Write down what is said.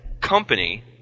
company